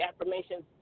affirmations